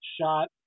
shot